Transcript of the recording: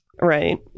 Right